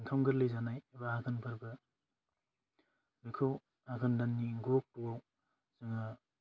ओंखाम गोरलै जानाय बा आघोन फोरबो बेखौ आघोन दाननि गु अक्ट'आव जोङो